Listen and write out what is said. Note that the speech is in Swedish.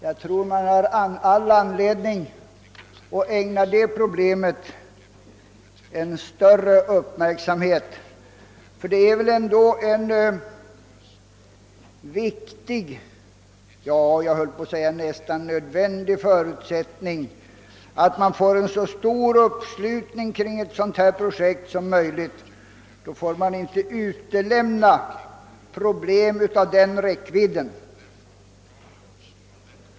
Jag tror man har all anledning att ägna även detta problem en större uppmärksamhet. Det är en viktig — jag höll på att säga nästan nödvändig — förutsättning att man får en så stor uppslutning som möjligt kring ett sådant projekt som detta. Man får då inte förbise problem av den räckvidden.